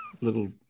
little